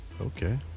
Okay